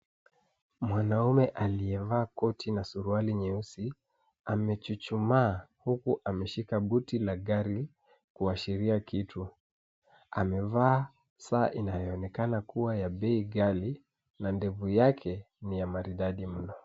Mwanaume aliyevaa koti na suruali nyeusi amechuchumaa huku ameshika buti la gari kuashiria kiti. Amevaa saa inayoonekana kuwa ya bei ghali na ndevu yake ni ya maridadi mno.